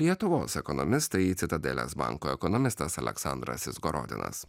lietuvos ekonomistai citadelės banko ekonomistas aleksandras izgorodinas